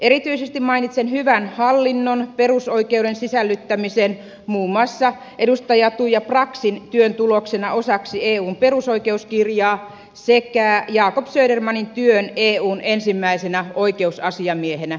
erityisesti mainitsen hyvän hallinnon perusoikeuden sisällyttämisen muun muassa edustaja tuija braxin työn tuloksena osaksi eun perusoikeuskirjaa sekä jacob södermanin työn eun ensimmäisenä oikeusasiamiehenä